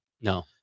No